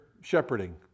shepherding